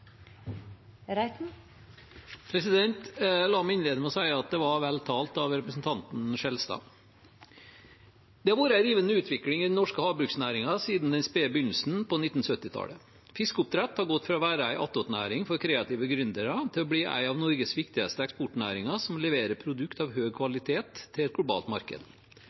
La meg innlede med å si at det var vel talt av representanten Skjelstad. Det har vært en rivende utvikling i den norske havbruksnæringen siden den spede begynnelsen på 1970-tallet. Fiskeoppdrett har gått fra å være en attåtnæring for kreative gründere til å bli en av Norges viktigste eksportnæringer, som leverer produkter av høy kvalitet til et globalt marked.